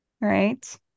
right